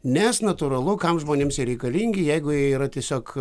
nes natūralu kam žmonėms jie reikalingi jeigu jie yra tiesiog